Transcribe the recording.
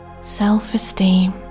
self-esteem